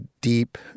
deep